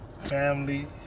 family